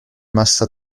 massa